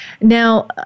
Now